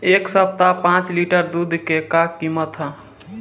एह सप्ताह पाँच लीटर दुध के का किमत ह?